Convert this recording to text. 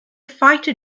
fighter